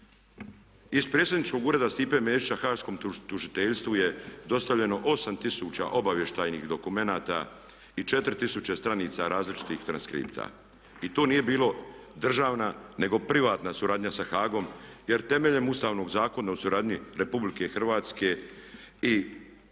Iz predsjedničkog ureda Stipe Mesića haškom tužiteljstvu je dostavljeno 8 tisuća obavještajnih dokumenata i 4 tisuće stranica različitih transkripta. I to nije bila državna nego privatna suradnja sa Hagom jer temeljem Ustavnog zakona o suradnji RH i Međunarodnog